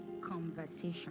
conversation